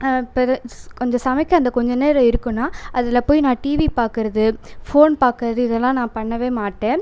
பெருஸ் கொஞ்ச சமைக்க அந்த கொஞ்ச நேர இருக்குன்னா அதில் போய் நான் டிவி பார்க்கறது ஃபோன் பார்க்கறது இதெல்லாம் நான் பண்ணவே மாட்டேன்